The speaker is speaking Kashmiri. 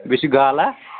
بیٚیہِ چھُ گالا